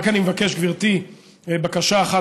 אני רק מבקש, גברתי, בקשה אחת.